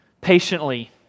Patiently